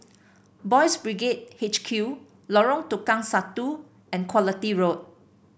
Boys' Brigade H Q Lorong Tukang Satu and Quality Road